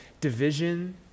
division